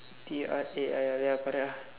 T R A I L ya correct ah